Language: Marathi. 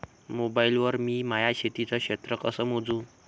मोबाईल वर मी माया शेतीचं क्षेत्र कस मोजू?